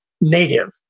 native